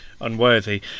unworthy